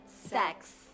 Sex